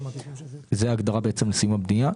זאת ההגדרה לסיום הבנייה.